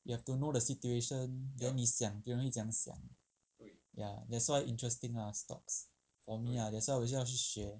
you have to know the situation you know 你想别人会怎样想 that's why interesting lah stocks for me lah that's why 我就要去学